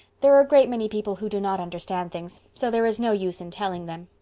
there are a great many people who do not understand things so there is no use in telling them